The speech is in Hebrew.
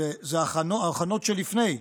זה ההכנות שלפני.